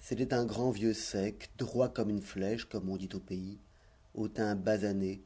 c'était un grand vieux sec droit comme une flèche comme on dit au pays au teint basané